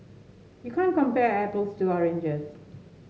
you can't compare apples to oranges